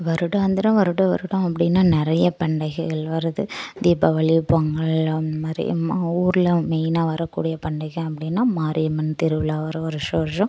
வருடாந்திரம் வருட வருடம் அப்படின்னா நிறைய பண்டிகைகள் வருது தீபாவளி பொங்கல் அந்தமாதிரி நம்ம ஊரில் மெயின்னா வரக்கூடிய பண்டிகை அப்படின்னா மாரியம்மன் திருவிழா வரும் வருஷ வருஷம்